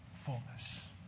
fullness